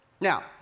Now